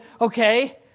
okay